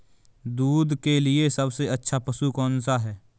दूध के लिए सबसे अच्छा पशु कौनसा है?